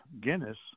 Guinness